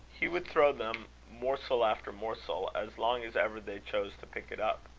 he would throw them morsel after morsel, as long as ever they chose to pick it up.